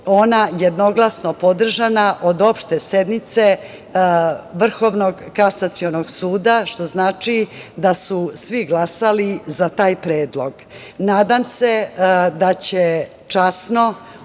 ona jednoglasno podržana od opšte sednice VKS, što znači da su svi glasali za taj predlog. Nadam se da će časno,